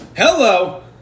Hello